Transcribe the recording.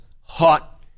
hot